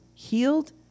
Healed